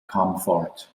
comfort